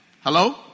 Hello